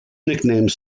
nickname